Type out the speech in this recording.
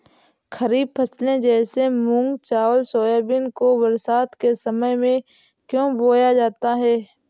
खरीफ फसले जैसे मूंग चावल सोयाबीन को बरसात के समय में क्यो बोया जाता है?